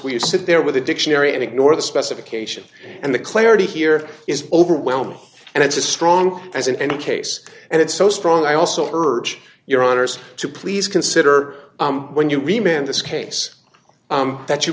where you sit there with a dictionary and ignore the specification and the clarity here is overwhelming and it's as strong as in any case and it's so strong i also urge your honour's to please consider when you remain this case that you